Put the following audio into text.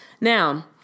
Now